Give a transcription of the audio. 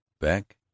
back